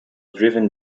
driven